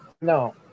No